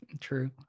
True